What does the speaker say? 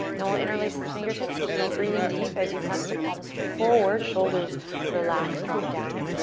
and we'll interlace the fingertips. keep breathing deep as you press the palms forward, shoulders relaxed, drop down,